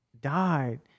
died